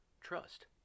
Trust